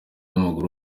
w’amaguru